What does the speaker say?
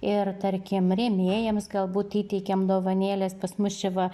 ir tarkim rėmėjams galbūt įteikiam dovanėles pas mus čia va